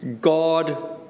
God